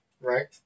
Right